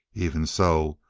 even so,